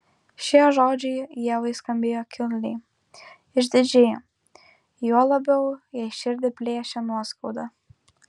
šie žodžiai ievai skambėjo kilniai išdidžiai juo labiau jai širdį plėšė nuoskauda